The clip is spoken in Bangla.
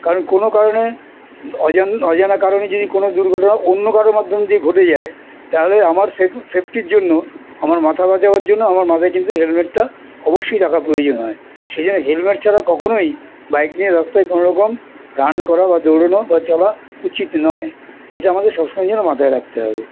কারণ কোনো কারণে অজানা অজানা কারণে যদি কোনো দুর্ঘটনা অন্য কারোর মাধ্যম দিয়ে ঘটে যায় তাহলে আমার সেফটির জন্য আমার মাথা বাঁচাবার জন্য আমার মাথায় কিন্তু হেলমেটটা অবশ্যই টাকা প্রয়োজন হয় সেই জন্য হেলমেট ছাড়া কখনোই বাইক নিয়ে রাস্তায় কোনোরকম রান করা বা দৌড়ানো বা চাওয়া উচিত নয় এটা আমাদের সব সময় জন্য মাথায় রাখতে হবে